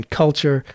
culture